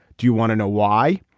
do you want to know why.